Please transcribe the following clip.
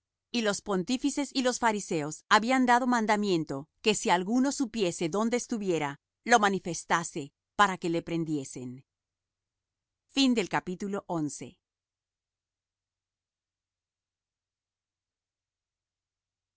y los pontífices y los fariseos habían dado mandamiento que si alguno supiese dónde estuviera lo manifestase para que le prendiesen y jesus